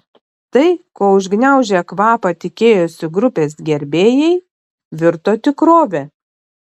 tai ko užgniaužę kvapą tikėjosi grupės gerbėjai virto tikrove